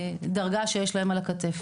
מהדרגה שיש להם על הכתף.